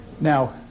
Now